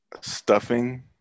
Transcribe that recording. Stuffing